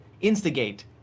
instigate